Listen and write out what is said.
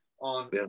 on